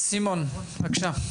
סימון, בבקשה.